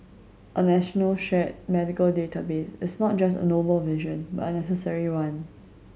a national shared medical database is not just a noble vision but a necessary one